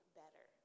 better